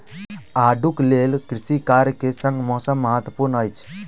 आड़ूक लेल कृषि कार्य के संग मौसम महत्वपूर्ण अछि